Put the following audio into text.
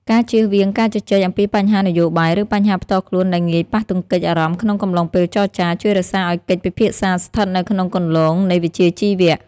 ការជៀសវាងការជជែកអំពីបញ្ហានយោបាយ ឬបញ្ហាផ្ទាល់ខ្លួនដែលងាយប៉ះទង្គិចអារម្មណ៍ក្នុងកំឡុងពេលចរចា ជួយរក្សាឱ្យកិច្ចពិភាក្សាស្ថិតនៅក្នុងគន្លងនៃវិជ្ជាជីវៈ។